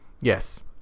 Yes